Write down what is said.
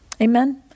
Amen